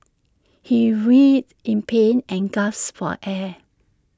he writhed in pain and gasped for air